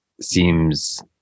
seems